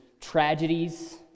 tragedies